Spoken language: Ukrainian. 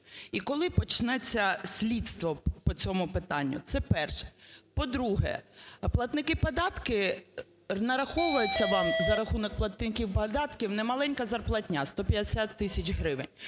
І коли почнеться слідство по цьому питанню? Це перше. По-друге, платники податків… нараховуються вам за рахунок платників податків немаленька зарплатня – 150 тисяч гривень.